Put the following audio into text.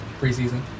preseason